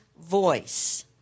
voice